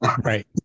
right